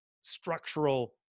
structural